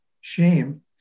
shame